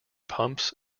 pumps